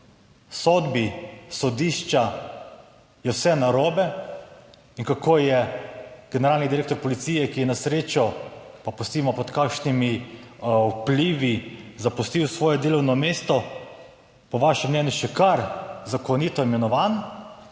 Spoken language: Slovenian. sodbi sodišča je vse narobe in kako je generalni direktor policije, ki je na srečo, pa pustimo pod kakšnimi vplivi, zapustil svoje delovno mesto, po vašem mnenju še kar zakonito imenovan,